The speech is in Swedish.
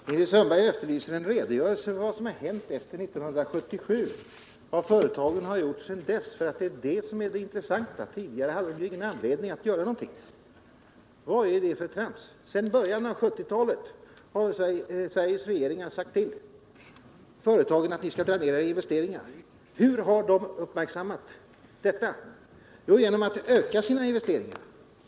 Herr talman! Ingrid Sundberg efterlyste en redogörelse för vad som hänt efter 1977. Det intressanta skulle vara vad företagen gjort sedan dess —- dessförinnan skulle de inte ha haft anledning att göra någonting, ansåg Ingrid Vad är det för trams? Sedan början av 1970-talet har Sveriges regeringar uppmanat företagen att dra ned sina investeringar i Sydafrika. Hur har företagen beaktat dessa uppmaningar? Jo, de har ökat sina investeringar.